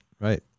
right